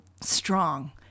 strong